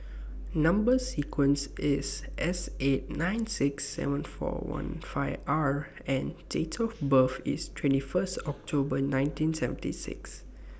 Number sequence IS S eight nine six seven four one five R and Date of birth IS twenty First October nineteen seventy six